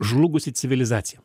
žlugusi civilizacija